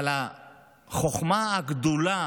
אבל החוכמה הגדולה